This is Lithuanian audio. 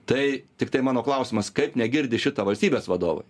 tai tiktai mano klausimas kaip negirdi šitą valstybės vadovai